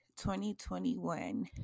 2021